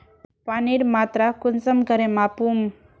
पानीर मात्रा कुंसम करे मापुम?